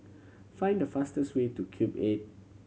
find the fastest way to Cube Eight